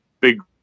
big